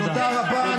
תודה רבה.